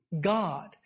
God